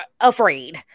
afraid